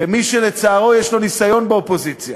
כמי שלצערו יש לו ניסיון באופוזיציה: